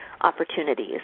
opportunities